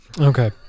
Okay